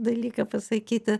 dalyką pasakyti